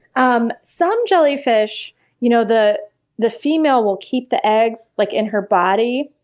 um some jellyfish you know the the female will keep the eggs like in her body,